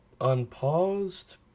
unpaused